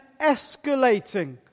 escalating